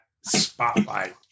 spotlight